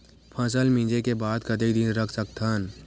फसल मिंजे के बाद कतेक दिन रख सकथन?